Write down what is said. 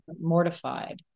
mortified